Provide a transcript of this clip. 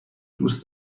دوست